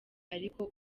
ariko